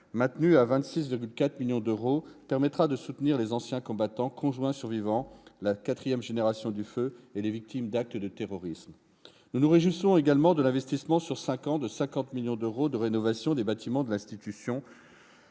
maintenu à 26,4 millions d'euros, permettra de soutenir les anciens combattants, conjoints survivants, la quatrième génération du feu et les victimes d'actes de terrorisme. Nous nous réjouissons également de l'investissement sur cinq ans de 50 millions d'euros de rénovation des bâtiments de l'Institution